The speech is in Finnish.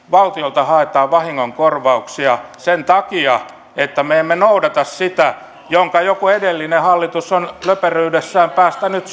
valtiolta haetaan iso määrä vahingonkorvauksia sen takia että me emme noudata sitä minkä joku edellinen hallitus on löperyydessään päästänyt